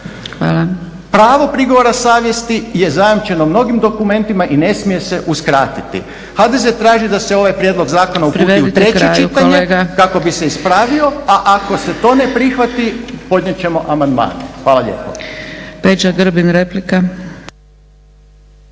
(HDZ)** Pravo prigovora savjesti je zajamčeno mnogim dokumentima i ne smije se uskratiti. HDZ traži da se ovaj prijedlog zakona uputi u treće čitanje kako bi se ispravio, a ako se to ne prihvati podnijet ćemo amandmane. Hvala lijepo.